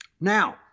Now